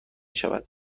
شود